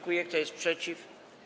Kto jest przeciw?